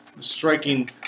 Striking